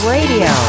Radio